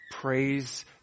praise